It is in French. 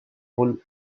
rôle